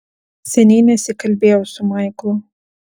seniai nesikalbėjau su maiklu